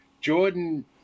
Jordan